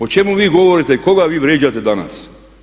O čemu vi govorite i koga vi vrijeđate danas?